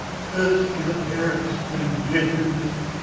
curs'd be the parents that engender'd me!